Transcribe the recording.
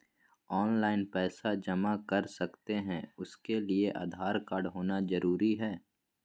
Online पैसा जमा कर सकते हैं उसके लिए आधार कार्ड होना जरूरी है?